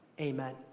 Amen